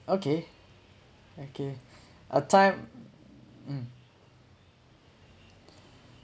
okay okay uh time mm